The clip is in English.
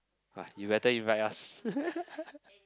!wah! you better invite us